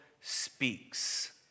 speaks